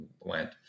went